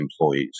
employees